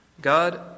God